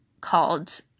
Called